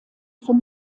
von